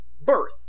Birth